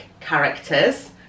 characters